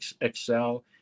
excel